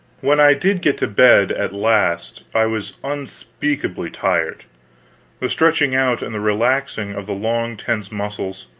when i did get to bed at last i was unspeakably tired the stretching out, and the relaxing of the long-tense muscles,